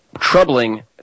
troubling